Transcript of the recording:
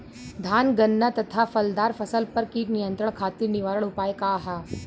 धान गन्ना तथा फलदार फसल पर कीट नियंत्रण खातीर निवारण उपाय का ह?